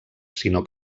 sinó